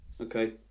Okay